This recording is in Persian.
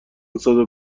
صدو